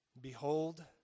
Behold